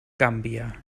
gambia